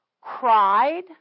cried